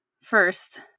first